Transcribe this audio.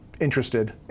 interested